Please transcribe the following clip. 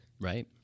Right